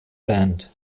band